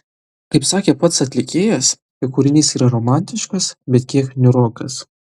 kaip sakė pats atlikėjas jo kūrinys yra romantiškas bet kiek niūrokas